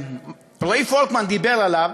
ורועי פולקמן דיבר עליו,